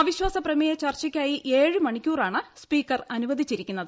അവിശ്വാസ പ്രമേയ ചർച്ചയ്ക്കായി ഏഴ് മണിക്കൂറാണ് സ്പീക്കർ അനുവദിച്ചിരിക്കുന്നത്